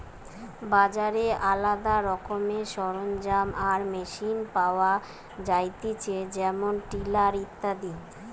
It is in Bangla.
বাজারে আলদা রকমের সরঞ্জাম আর মেশিন পাওয়া যায়তিছে যেমন টিলার ইত্যাদি